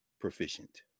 proficient